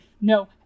no